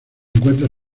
encuentra